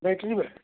battery back